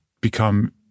become